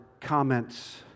comments